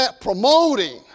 promoting